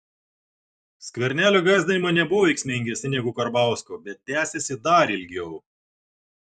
skvernelio gąsdinimai nebuvo veiksmingesni negu karbauskio bet tęsėsi dar ilgiau